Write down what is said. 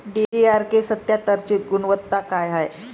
DRK सत्यात्तरची गुनवत्ता काय हाय?